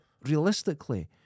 realistically